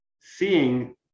seeing